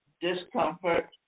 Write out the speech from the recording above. discomfort